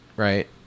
Right